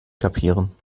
kapieren